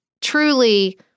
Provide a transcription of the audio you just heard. truly